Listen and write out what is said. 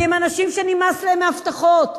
כי הם אנשים שנמאס להם מהבטחות,